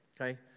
Okay